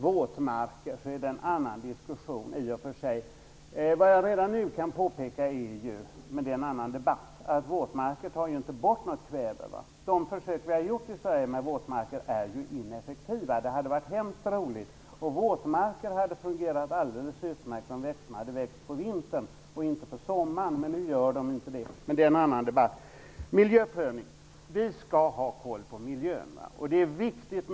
Det är i och för sig en annan diskussion. Vad jag redan nu kan påpeka, även om det alltså är en annan debatt, är att våtmarker ju inte tar bort något kväve. De försök som har gjorts med våtmarker i Sverige är ineffektiva. Det hade varit hemskt roligt, och våtmarkerna hade fungerat alldeles utmärkt, om växterna hade växt på vintern och inte på sommaren. Nu är det inte så, men det är en annan debatt. Så till detta med miljöprövning. Vi skall hålla koll på miljön.